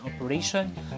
operation